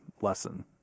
lesson